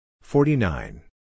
Forty-nine